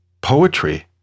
poetry